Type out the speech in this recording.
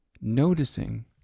noticing